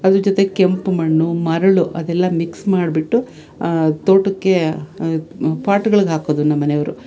ಅದ್ರ ಜೊತೆಗೆ ಕೆಂಪು ಮಣ್ಣು ಮರಳು ಅದೆಲ್ಲ ಮಿಕ್ಸ್ ಮಾಡಿಬಿಟ್ಟು ತೋಟಕ್ಕೆ ಪಾಟ್ಗಳಗೆ ಹಾಕೋದು ನಮ್ಮ ಮನೆಯವರು